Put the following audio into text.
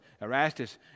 Erastus